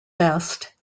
best